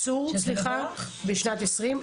בשנת 2020,